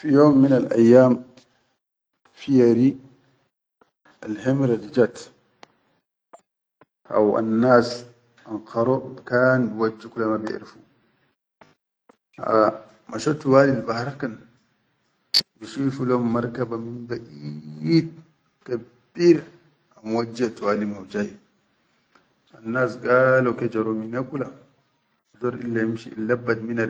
Fi yom minal ayyam fiya ri, alhemin di jaat, haw annas ankharo bikan biwajju kula ma biʼarfu ha mash tuwalil bahar kan, bishifu lom markaba min baʼied kabeere ha muwajjiye tuwalim haw jayye, annas galo ke jaro mine kula bidor illa inshi.